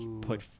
put